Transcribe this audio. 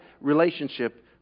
relationship